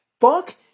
Fuck